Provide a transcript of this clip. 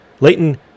Leighton